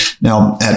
Now